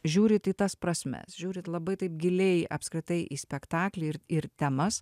žiūrit į tas prasmes žiūrit labai taip giliai apskritai į spektaklį ir ir temas